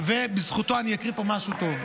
ובזכותו אני אקריא פה משהו טוב.